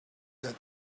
that